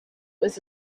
was